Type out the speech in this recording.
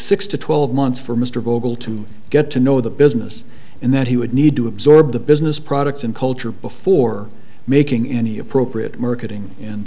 six to twelve months for mr goble to get to know the business and that he would need to absorb the business products and culture before making any appropriate marketing and